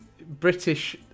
British